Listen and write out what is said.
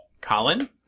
Colin